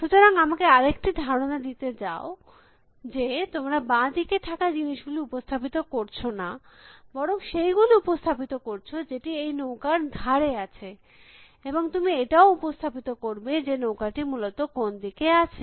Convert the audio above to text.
সুতরাং আমাকে আরেকটি ধারণা দিতে দাও যে তোমরা বাঁ দিকে থাকা জিনিস গুলি উপস্থাপিত করছ না বরং সেই গুলি উপস্থাপিত করছ যেটি এই নৌকা র ধারে আছে এবং তুমি এটাও উপস্থাপিত করবে যে নৌকাটি মূলত কোন দিকে আছে